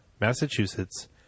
Massachusetts